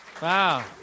Wow